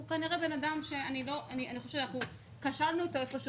הוא כנראה בן אדם שאנחנו כנראה כשלנו אתו איפשהו